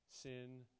sin